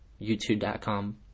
YouTube.com